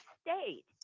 state